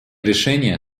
решения